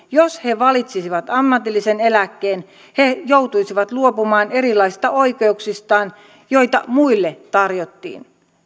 jos he valitsisivat ammatillisen eläkkeen he joutuisivat luopumaan erilaisista oikeuksistaan joita muille tarjottiin